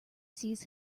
sees